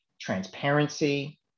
transparency